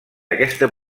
aquesta